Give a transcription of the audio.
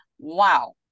wow